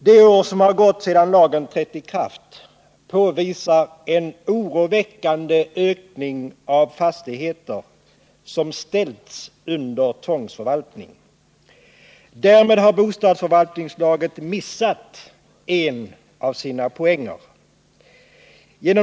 De år som gått sedan lagen trädde i kraft uppvisar en oroväckande ökning av antalet fastigheter som ställts under tvångsförvaltning. Därmed har man missat en av poängerna med bostadsförvaltningslagen.